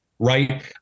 right